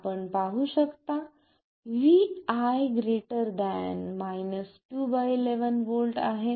आपण पाहू शकता vi 2 11 व्होल्ट आहे